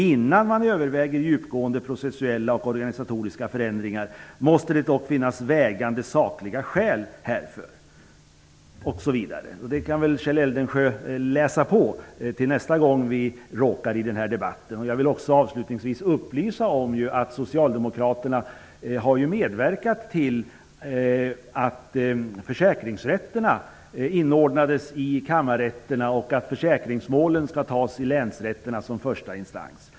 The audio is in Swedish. Innan man överväger djupgående processuella och organisatoriska förändringar måste det dock finnas vägande sakliga skäl härför. Detta kan Kjell Eldensjö läsa på till nästa gång vi hamnar i denna debatt. Jag vill också avslutningsvis upplysa om att socialdemokraterna medverkade till att försäkringsrätterna inordnades i kammarrätterna och att försäkringsmålen skall avgöras i länsrätterna som första instans.